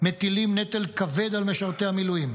מטילים נטל כבד על משרתי המילואים,